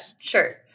Sure